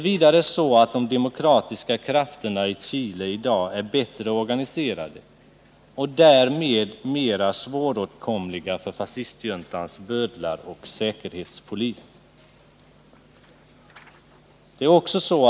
Vidare är de demokratiska krafterna i Chile i dag bättre organiserade och därmed mer svåråtkomliga för fascistjuntans bödlar och säkerhetspolis.